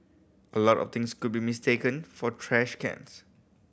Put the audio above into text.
a lot of things could be mistaken for trash cans